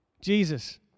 Jesus